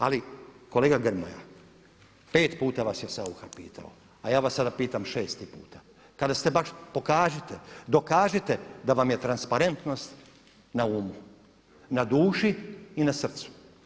Ali kolega Grmoja, pet puta vas je Saucha pitao, a ja vas sada pitam šesti puta kada ste baš, pokažite, dokažite da vam je transparentnost na umu, na duši i na srcu.